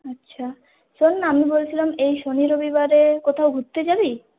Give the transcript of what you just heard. আচ্ছা শোন না আমি বলছিলাম এই শনি রবিবারে কোথাও ঘুরতে যাবি